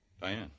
Diane